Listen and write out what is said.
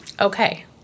Okay